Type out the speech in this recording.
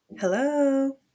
Hello